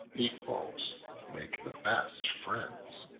equals make the best friends.